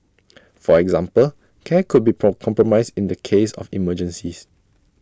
for example care could be pork compromised in the case of emergencies